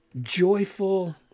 Joyful